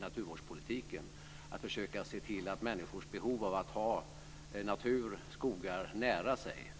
naturvårdspolitiken att försöka se till människors behov av att ha natur, skogar, nära sig.